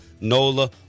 NOLA